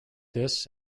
this